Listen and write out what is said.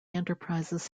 enterprises